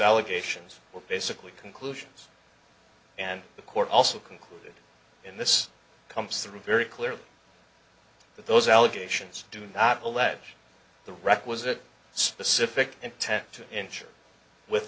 allegations were basically conclusions and the court also conclude in this comes through very clearly that those allegations do not allege the requisite specific intent to ensure with